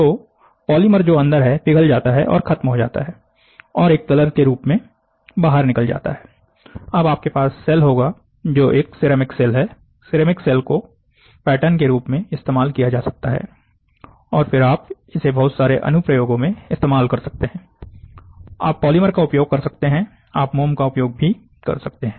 तो पॉलीमर जो अंदर है पिघल जाता है और खत्म हो जाता है और एक तरल के रूप में बाहर निकल जाता है अब आपके पास शेल होगा जो एक सिरेमिक शेल है सिरेमिक शेल को एक पैटर्न के रूप में इस्तेमाल किया जा सकता है और फिर आप इसे बहुत सारे अनुप्रयोगों में इस्तेमाल कर सकते हैं आप पॉलीमर का उपयोग कर सकते हैं आप मोम का भी उपयोग कर सकते हैं